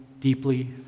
deeply